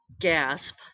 gasp